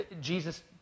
Jesus